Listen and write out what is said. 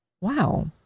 Wow